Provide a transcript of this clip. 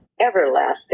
everlasting